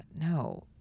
no